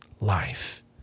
life